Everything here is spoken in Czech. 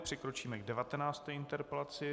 Přikročíme k 19. interpelaci.